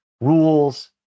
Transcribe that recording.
rules